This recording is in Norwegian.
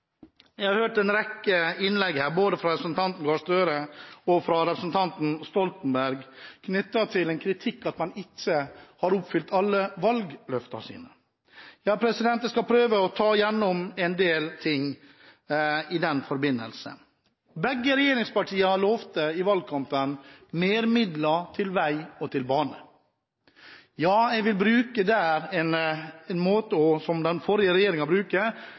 Jeg har hørt en rekke innlegg her, fra både representanten Gahr Støre og representanten Stoltenberg, med kritikk av at man ikke har innfridd alle valgløftene sine. Jeg skal prøve å nevne en del ting i den forbindelse. Begge regjeringspartiene lovte i valgkampen mer midler til vei og bane. Ja, jeg vil her uttrykke meg på en måte som den forrige